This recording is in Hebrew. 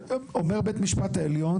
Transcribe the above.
אומר בית משפט העליון